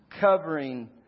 covering